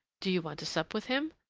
do you want to sup with him?